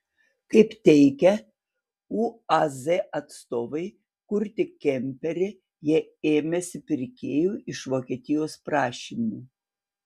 kaip teigia uaz atstovai kurti kemperį jie ėmėsi pirkėjų iš vokietijos prašymu